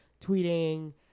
tweeting